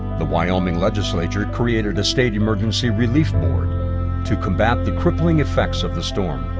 the wyoming legislature created a state emergency relief board to combat the crippling effects of the storm.